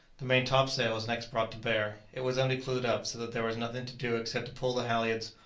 the main-top-sail was next brought to bear it was only clewed up, so that there was nothing to do except to pull the halyards,